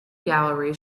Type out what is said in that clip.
gallery